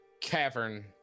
cavern